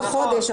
עוד חודש,